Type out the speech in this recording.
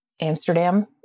Amsterdam